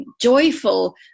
joyful